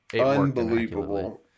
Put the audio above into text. unbelievable